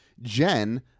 Jen